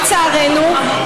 לצערנו,